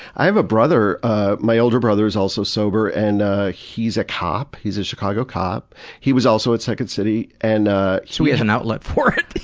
i have a brother ah my older brother, who's also sober and ah he's a cop, he's a chicago cop, he was also in second city paul ah so he has an outlet for it!